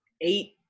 eight